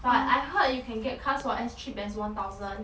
but I heard you can get cars for as cheap as one thousand